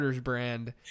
brand